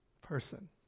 person